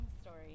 story